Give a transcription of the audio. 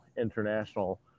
international